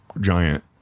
giant